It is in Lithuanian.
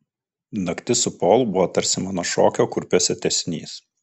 naktis su polu buvo tarsi mano šokio kurpiuose tęsinys